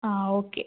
ആ ഓക്കെ